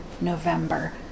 November